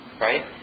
Right